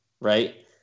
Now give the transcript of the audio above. right